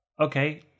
Okay